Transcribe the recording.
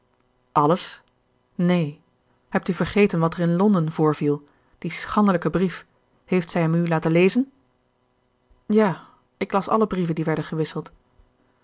alles neen hebt u vergeten wat er in londen voorviel die schandelijke brief heeft zij hem u laten lezen ja ik las alle brieven die werden gewisseld